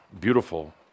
beautiful